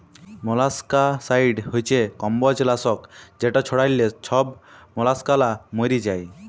molluscicide হছে কমবজ লাসক যেট ছড়াল্যে ছব মলাসকালা ম্যইরে যায়